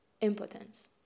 impotence